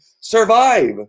survive